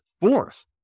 fourth